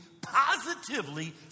positively